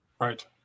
Right